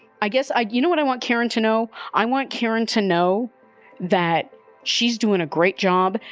i guess i'd you know what i want karen to know i want karen to know that she's doing a great job.